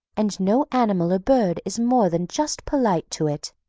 and no animal or bird is more than just polite to it.